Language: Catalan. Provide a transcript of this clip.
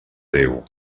déu